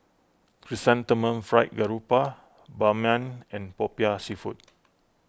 Chrysanthemum Fried Garoupa Ban Mian and Popiah Seafood